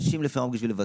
לשלם זה בשנייה אחת.